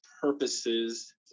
purposes